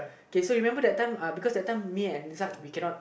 okay so you remember that time uh because that time me and we cannot